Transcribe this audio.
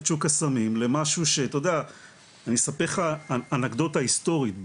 שוק הסמים למשהו שאתה יודע אני אספר לך אנקדוטה היסטורית,